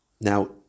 Now